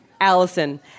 Allison